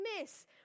miss